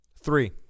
Three